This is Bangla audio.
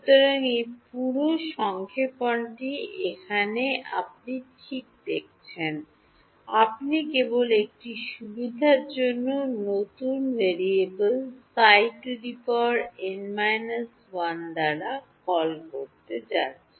সুতরাং এই পুরো সংক্ষেপণটি এখানে আপনি ঠিক দেখছেন আমি কেবল এটি সুবিধার জন্য নতুন ভেরিয়েবল Ψ n−1 দ্বারা কল করতে যাচ্ছি